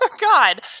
God